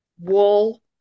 Wool